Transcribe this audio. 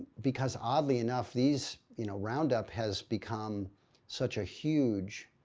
because oddly enough, these you know roundup has become such a huge.